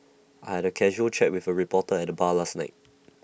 I had A casual chat with A reporter at the bar last night